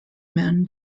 men